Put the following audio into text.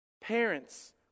Parents